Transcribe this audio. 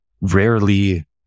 rarely